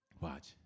watch